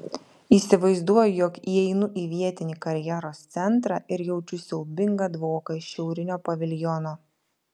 įsivaizduoju jog įeinu į vietinį karjeros centrą ir jaučiu siaubingą dvoką iš šiaurinio paviljono